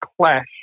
clash